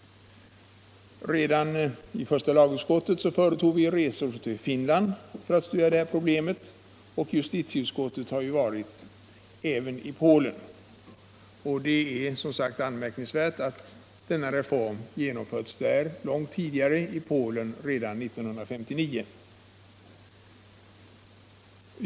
Redan i första lagutskottet företog vi resor till Finland för att studera problemen, och justitieutskottet har varit även i Polen. Det är som sagt anmärkningsvärt att denna reform genomförts exempelvis i Polen långt tidigare, redan 1959.